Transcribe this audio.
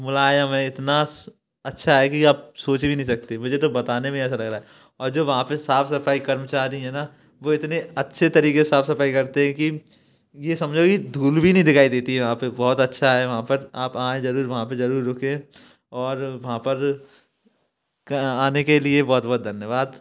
मुलायम है इतना अच्छा है कि आप सोच भी नहीं सकते मुझे तो बताने में ऐसा लग रहा और जो वहाँ पे साफ सफाई कर्मचारी हैं ना वो इतने अच्छे तरीके साफ सफाई करते हैं कि ये समझो कि धूल भी नहीं दिखाई देती वहाँ पे बहुत अच्छा है वहाँ पर आप आएँ जरूर वहाँ पे जरूर रुकें और वहाँ पर आने के लिए बहुत बहुत धन्यवाद